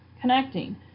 connecting